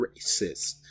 racist